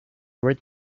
red